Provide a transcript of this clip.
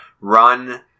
run